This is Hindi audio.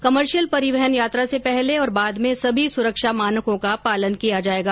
कमर्शियल परिवहन यात्रा से पहले और बाद में सभी सुरक्षा मानकों का पालन किया जाएगा